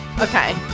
Okay